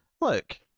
look